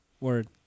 Word